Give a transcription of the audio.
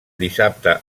dissabte